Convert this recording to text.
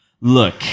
look